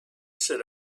sit